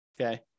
okay